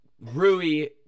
Rui